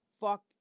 Fuck